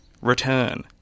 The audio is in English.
return